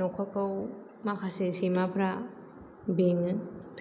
नखरखौ माखासे सैमाफ्रा बेङो